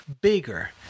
bigger